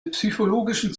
psychologischen